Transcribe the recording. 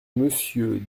monsieur